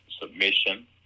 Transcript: submission